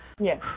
Yes